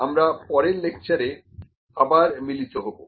আমরা পরের লেকচারে আবার মিলিত হবো